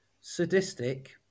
sadistic